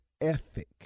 ethic